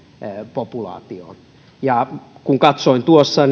populaatioon ja kun katsoin tuossa